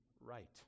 right